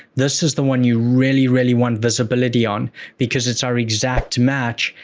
this is the one you really, really want visibility on because it's our exact match,